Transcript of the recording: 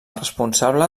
responsable